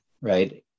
right